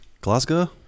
Glasgow